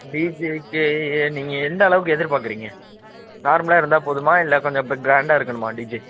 டிஜேக்கி நீங்கள் எந்த அளவுக்கு எதிர்பாக்கறீங்க நார்மலாக இருந்தால் போதுமாக இல்லை கொஞ்சம் இப்போ க்ராண்டாக இருக்கணுமா டிஜே